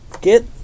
Get